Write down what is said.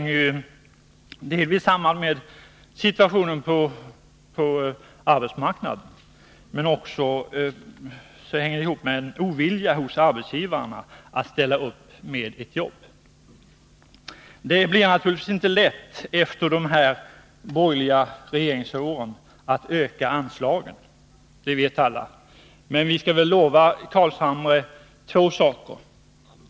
Detta hänger delvis samman med situationen på arbetsmarknaden, men också med en ovilja hos arbetsgivarna när det gäller att ställa upp med jobb. Efter de borgerliga regeringsåren blir det naturligtvis nu inte lätt att öka anslagen. Det vet alla. Men jag kan lova Nils Carlshamre två saker.